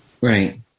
Right